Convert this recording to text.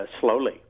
slowly